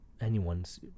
anyone's